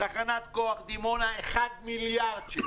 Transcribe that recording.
תחנת כוח דימונה 1 מיליארד שקל,